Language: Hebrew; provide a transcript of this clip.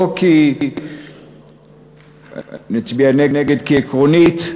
אני אצביע נגד כי עקרונית,